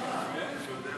אדוני ראש הממשלה,